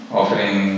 offering